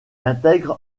intègre